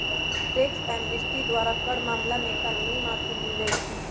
tax amnesty द्वारा कर मामला में कानूनी माफी मिल जाइ छै